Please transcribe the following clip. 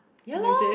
ya lor